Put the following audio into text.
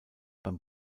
beim